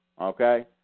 okay